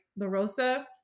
LaRosa